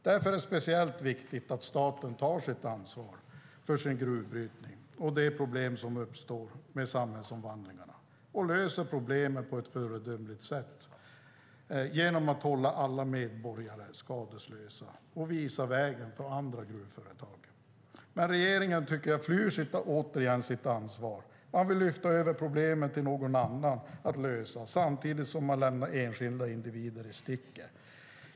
Därför är det speciellt viktigt att staten tar ansvar för sin gruvbrytning och de problem som uppstår med samhällsomvandlingarna och löser problemen på ett föredömligt sätt genom att hålla alla medborgare skadeslösa och visar vägen för andra gruvföretag. Men regeringen flyr återigen sitt ansvar. Man vill lyfta över problemen till någon annan att lösa samtidigt som man lämnar enskilda individer i sticket.